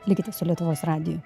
likite su lietuvos radiju